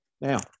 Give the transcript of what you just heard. Now